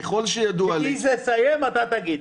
ככל שידוע לי --- כשהיא תסיים, אתה תגיד.